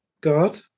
God